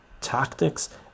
tactics